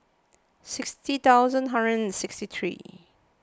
sixty thousand hundred and sixty three